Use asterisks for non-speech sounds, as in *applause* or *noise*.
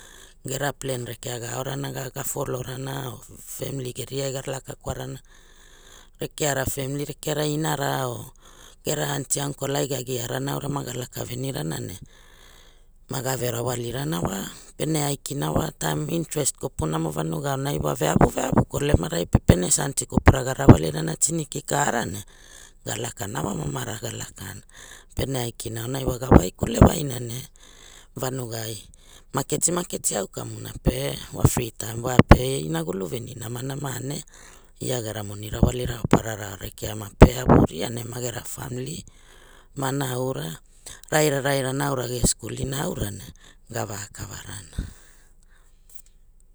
Gera plen rekeara ga aorana ga folo rana or famili eriai ga laka kwarana *noise* rekeari famili rekeara inara or gera anti anko ai ga giarana aura maki ga laka veriana ne ma gave rawalirana wa pene aikina wa taim interest kopuna ma vanuga aonai wa veavu veavu kolemarai pe pene sansi kopura ga rawalina tiniki kara ne ga laka wa mavuara ga lakana, pene aikina aunai wa ga waikle wai na ne *noise* vanugai makei maketi au kamuna pe wa fri taim wa pe inagulu veni namanama ne ia gera moni rawali raoparara rekea ma pe wiria ne ma gera famili *noise* ma naura *noise* raira raira naura ge skulina aura ne gava kavarana.